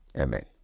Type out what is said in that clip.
Amen